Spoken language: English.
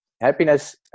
happiness